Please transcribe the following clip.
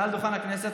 מעל דוכן הכנסת,